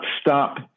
stop